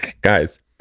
Guys